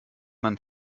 man